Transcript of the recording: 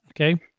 okay